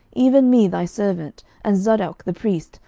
even me thy servant, and zadok the priest,